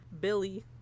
Billy